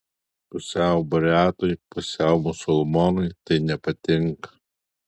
pusiau buriatui pusiau musulmonui tai nepatinka